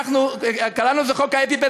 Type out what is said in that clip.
קראנו לזה חוק האפיפן,